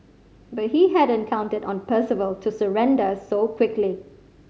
but he hadn't counted on Percival to surrender so quickly